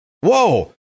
Whoa